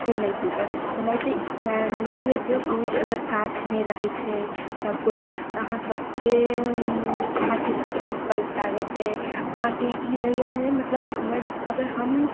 से नहि टूटत तेनाहिते फैमिली जे छै ओ अगर साथ नहि रहै छै सभ पूरा तऽ अहाँ सभसँ अहाँके सभसँ पैघ ताकत अइ अहाँकेँ ई रहैए जे मतलब हमर अगर हम